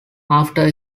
after